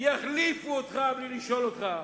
יחליפו אותך בלי לשאול אותך.